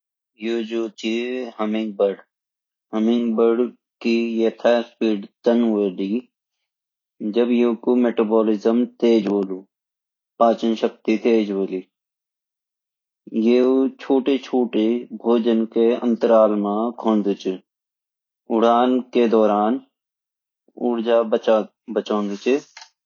यु जो ची homing bird homing bird की ये खासियत ची जब यु को मेटाबॉलिसुम तेज़ होलु पाचन शक्ति तेज़्ज़ होली ये छोटे छोटे भोजन को अंतराल मई खांडू ही उड़न कई च